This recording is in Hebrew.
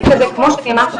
כמו שאמרתי,